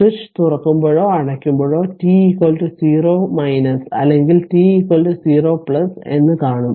switch തുറക്കുമ്പോഴോ അടയ്ക്കുമ്പോഴോ t 0 അല്ലെങ്കിൽ t 0 എന്ന് കാണും